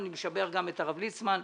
אני משבח גם את הרב ליצמן,